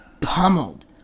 pummeled